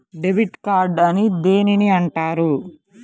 Debit card అని దేనిని అంటారు?